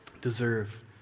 deserve